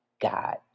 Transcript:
God